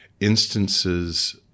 instances